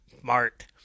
smart